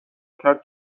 کرد